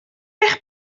eich